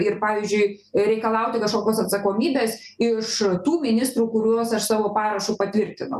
ir pavyzdžiui reikalauti kažkokios atsakomybės iš tų ministrų kuriuos aš savo parašu patvirtinau